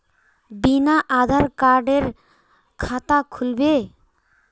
बिना आधार कार्डेर खाता खुल बे?